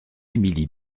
émilie